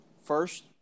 First